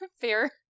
Fair